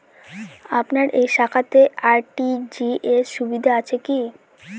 আপনার এই শাখাতে আর.টি.জি.এস সুবিধা আছে কি?